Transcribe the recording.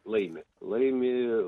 laimi laimi